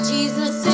Jesus